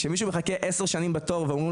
כשמישהו מחכה עשר שנים בתור ואומרים